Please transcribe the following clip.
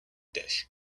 dish